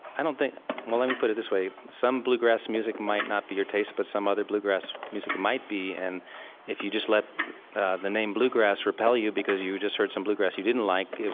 i don't think well, let me put it this way. some bluegrass music might not be your taste, but some other bluegrass music might be. and if you just let the name bluegrass repel you because you just heard some bluegrass you didn't like,